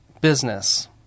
business